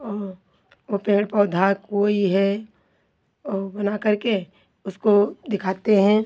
और वो पेड़ पौधा कोई है और बनाकर के उसको दिखाते हैं